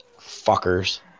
Fuckers